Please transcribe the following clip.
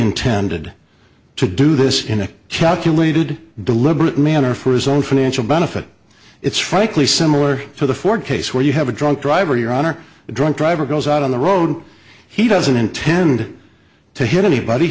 intended to do this in a calculated deliberate manner for his own financial benefit it's frankly similar to the ford case where you have a drunk driver your honor a drunk driver goes out on the road he doesn't intend to hit anybody